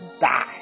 die